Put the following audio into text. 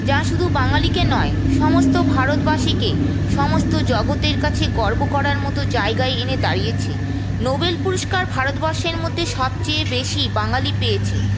যা শুধু বাঙালিকে নয় সমস্ত ভারতবাসীকে সমস্ত জগতের কাছে গর্ব করার মত জায়গায় এনে দাড়িয়েছে নোবেল পুরস্কার ভারতবর্ষের মধ্যে সবচেয়ে বেশি বাঙালি পেয়েছে